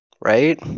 right